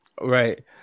Right